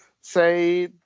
say